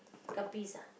guppies ah